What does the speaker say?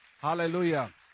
Hallelujah